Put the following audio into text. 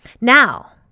Now